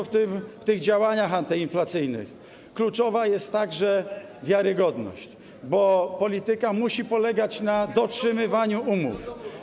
W tych działaniach antyinflacyjnych kluczowa jest także wiarygodność, bo polityka musi polegać na dotrzymywaniu umów.